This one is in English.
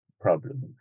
problem